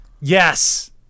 Yes